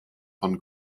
von